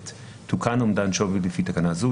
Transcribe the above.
תוקן אומדן שווי לפי תקנה זו,